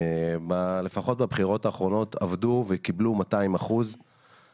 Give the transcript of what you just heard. לפחות בבחירות האחרונות עבדו וקיבלו 200 אחוזים.